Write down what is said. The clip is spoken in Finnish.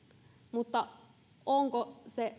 mutta onko se